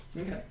Okay